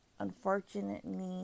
Unfortunately